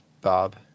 Bob